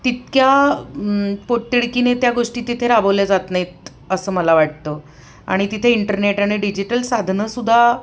तितक्या पोटतिडकीने त्या गोष्टी तिथे राबवल्या जात नाहीत असं मला वाटतं आणि तिथे इंटरनेट आणि डिजिटल साधनंसुद्धा